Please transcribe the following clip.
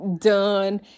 done